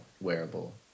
wearable